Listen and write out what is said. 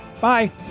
bye